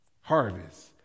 harvest